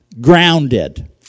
Grounded